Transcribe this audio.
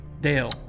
Dale